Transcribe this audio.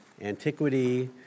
antiquity